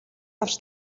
авч